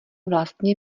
vlastně